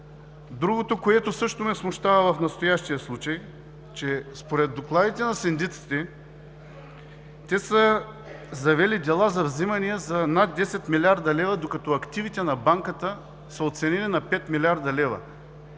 Другото, което също ме смущава в настоящия случай, че според докладите на синдиците, те са завели дела за взимания за над 10 милиарда лева, докато активите на банката са оценени на 5 милиарда лева.